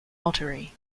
lottery